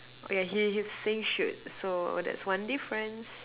oh yeah he he's saying shoot so that's one difference